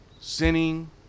sinning